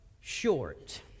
short